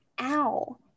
ow